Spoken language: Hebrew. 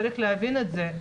צריך להבין את זה.